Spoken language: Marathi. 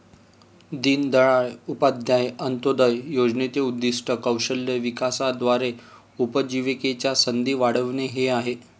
दीनदयाळ उपाध्याय अंत्योदय योजनेचे उद्दीष्ट कौशल्य विकासाद्वारे उपजीविकेच्या संधी वाढविणे हे आहे